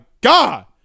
God